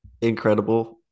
incredible